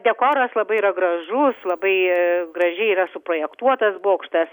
dekoras labai yra gražus labai gražiai yra suprojektuotas bokštas